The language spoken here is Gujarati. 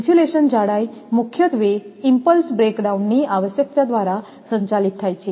ઇન્સ્યુલેશન જાડાઈ મુખ્યત્વે ઈમપલ્સ બ્રેકડાઉન ની આવશ્યકતા દ્વારા સંચાલિત થાય છે